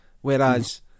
whereas